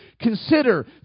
consider